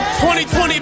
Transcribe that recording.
2020